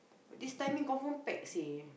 this timing confirm pack seh